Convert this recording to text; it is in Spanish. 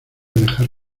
dejar